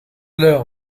l’heure